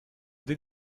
did